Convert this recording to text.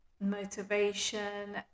motivation